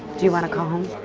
do you want to call home?